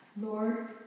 Lord